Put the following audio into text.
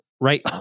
right